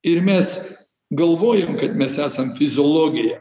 ir mes galvojom kad mes esam fiziologija